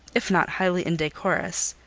if not highly indecorous,